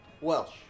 Welsh